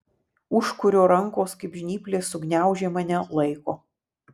užkurio rankos kaip žnyplės sugniaužė mane laiko